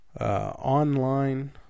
online